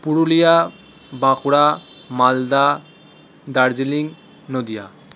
Purulia Bankura Malda Darjeeling Nadia